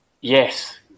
yes